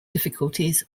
difficulties